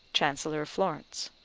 chancellor of florence.